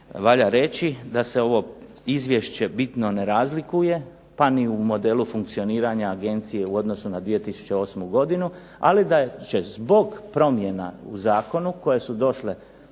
valja reći da se ovo izvješće bitno ne razlikuje, pa ni u modelu funkcioniranja agencije u odnosu na 2008. godinu, ali da će zbog promjena u zakonu, koje su došle,